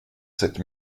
sept